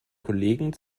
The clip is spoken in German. kollegen